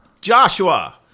Joshua